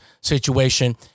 situation